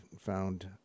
found